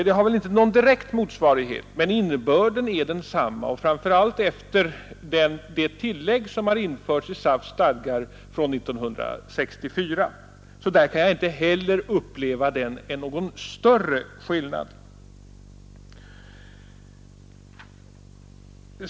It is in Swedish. Den har väl inte någon direkt motsvarighet, men innebörden är densamma, framför allt efter det tillägg som införts i SAF:s stadgar från 1964. Där kan jag inte heller uppleva att det skulle föreligga någon större skillnad.